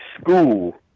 school